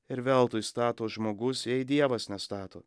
ir veltui stato žmogus jei dievas nestato